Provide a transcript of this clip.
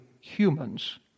humans